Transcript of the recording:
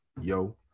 Yo